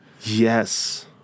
Yes